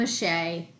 mache